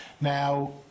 now